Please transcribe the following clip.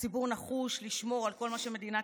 הציבור נחוש לשמור על כל מה שמדינת